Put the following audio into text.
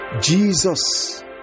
jesus